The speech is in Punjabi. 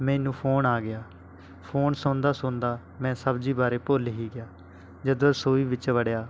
ਮੈਨੂੰ ਫੋਨ ਆ ਗਿਆ ਫੋਨ ਸੁਣਦਾ ਸੁਣਦਾ ਮੈਂ ਸਬਜ਼ੀ ਬਾਰੇ ਭੁੱਲ ਹੀ ਗਿਆ ਜਦੋਂ ਰਸੋਈ ਵਿੱਚ ਵੜਿਆ